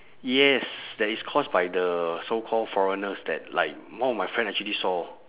yes that is caused by the so called foreigners that like one of my friend actually saw